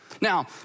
Now